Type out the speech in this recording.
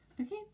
Okay